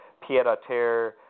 pied-a-terre